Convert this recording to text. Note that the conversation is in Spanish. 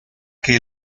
que